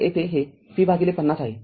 तरयेथे हे V५० आहे